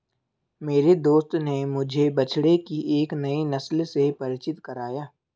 मेरे दोस्त ने मुझे बछड़े की एक नई नस्ल से परिचित कराया